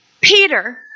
Peter